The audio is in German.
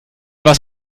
was